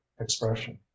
expression